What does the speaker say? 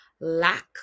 lack